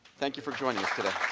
thank you for joining us.